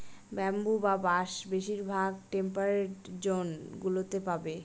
bamboo বা বাঁশ বেশিরভাগ টেম্পারড জোন গুলোতে পাবে